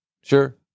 sure